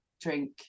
drink